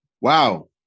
wow